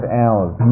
hours